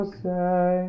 say